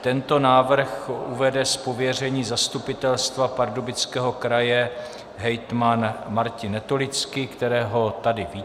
Tento návrh uvede z pověření Zastupitelstva Pardubického kraje hejtman Martin Netolický, kterého tady vítám.